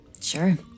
Sure